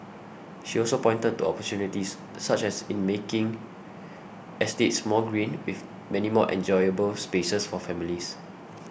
she also pointed to opportunities such as in making estates more green with many more enjoyable spaces for families